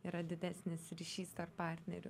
yra didesnis ryšys tarp partnerių